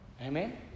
Amen